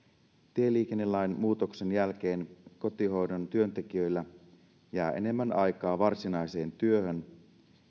tieliikennelain muutoksen jälkeen kotihoidon työntekijöillä jää enemmän aikaa varsinaiseen työhön